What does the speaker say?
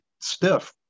stiff